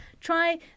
Try